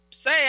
Say